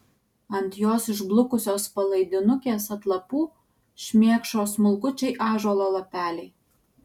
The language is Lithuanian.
ant jos išblukusios palaidinukės atlapų šmėkšo smulkučiai ąžuolo lapeliai